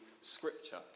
Scripture